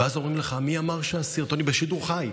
ואז אומרים לך בשידור חי: